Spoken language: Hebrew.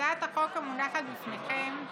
הצעת החוק המונחת בפניכם,